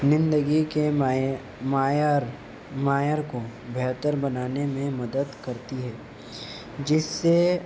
زندگی کے معیار معیار کو بہتر بنانے میں مدد کرتی ہے جس سے